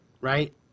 right